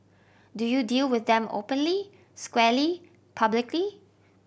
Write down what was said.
do you deal with them openly squarely publicly